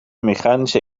mechanische